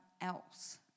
else